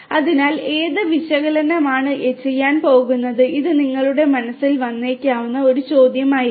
അതിനാൽ ഏത് വിശകലനമാണ് ചെയ്യാൻ പോകുന്നത് ഇത് നിങ്ങളുടെ മനസ്സിൽ വന്നേക്കാവുന്ന ഒരു ചോദ്യമായിരിക്കാം